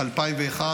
גדוד נצח יהודה.